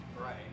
Right